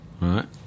Right